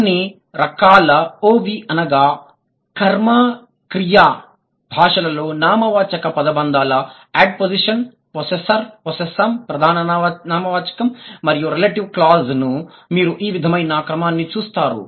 అన్ని రకాల OV అనగా కర్మ క్రియ భాషలలో నామవాచక పదబంధాలు యాడ్పోస్జిషన్ పొస్సెస్సర్ పొస్సెస్సామ్ ప్రధాన నామవాచకం మరియు రెలెటివ్ క్లాజ్ ను మీరు ఈ విధమైన క్రమాన్ని చూస్తారు